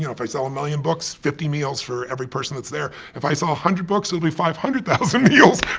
you know if i sell a million books, fifty meals for every person that's there. if i sell one hundred books it'll be five hundred thousand meals.